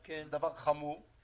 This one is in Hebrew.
וזה דבר חמור,